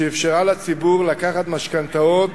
שאפשרה לציבור לקחת משכנתאות